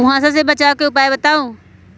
कुहासा से बचाव के उपाय बताऊ?